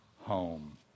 home